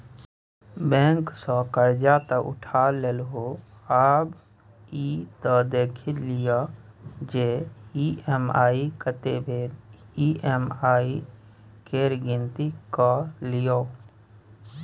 bank सँ करजा तँ उठा लेलहुँ आब ई त देखि लिअ जे ई.एम.आई कतेक भेल ई.एम.आई केर गिनती कए लियौ